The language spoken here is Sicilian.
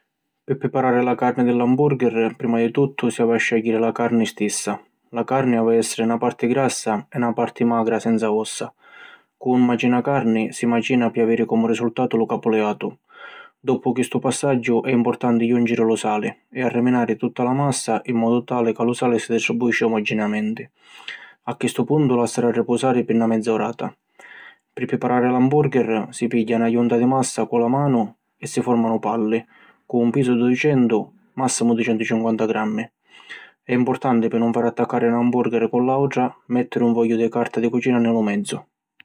Pi priparari la carni pi l’ambùrgheri prima di tuttu si havi a scègghiri la carni stissa. La carni havi a èssiri na parti grassa e na parti magra senza ossa. Cu un macinacarni, si macina pi aviri comu risultatu lu capuliatu. Doppu chistu passaggiu, è importanti jùnciri lu sali, e arriminari tutta la massa in modu tali ca lu sali si distribuisci omogeneamenti. A chistu puntu lassari arripusari pi na menza urata. Pi priparari l’ambùrgheri, si pigghia na junta di massa cu la manu e si fòrmanu palli cu un pisu di ducentu, màssimu ducentucinquanta grammi. È importanti, pi nun fari attaccari na ambùrgheri cu l’àutra, mèttiri un fogghiu di carta di cucina nni lu mezzu.